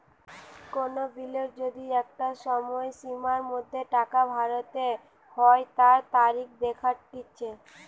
কোন বিলের যদি একটা সময়সীমার মধ্যে টাকা ভরতে হই তার তারিখ দেখাটিচ্ছে